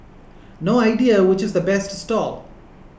no idea which is the best stall